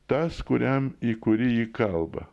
tas kuriam į kurį ji kalba